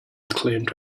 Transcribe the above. claimed